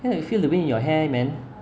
then you feel the wind in your hair man